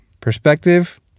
perspective